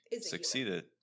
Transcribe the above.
succeeded